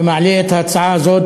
ומעלה את ההצעה הזאת,